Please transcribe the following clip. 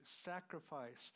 sacrificed